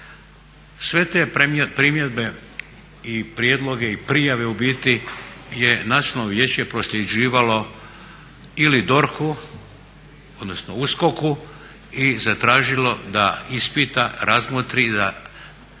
Sve te primjedbe i prijedloge i prijave u biti je Nacionalno vijeće prosljeđivalo ili DORH-u odnosno USKOK-u i zatražilo da ispita, razmotri i da pokrene